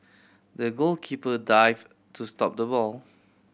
the goalkeeper dive to stop the ball